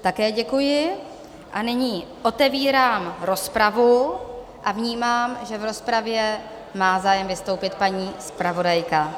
Také děkuji, nyní otevírám rozpravu a v rozpravě má zájem vystoupit paní zpravodajka.